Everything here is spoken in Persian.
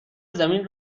زمین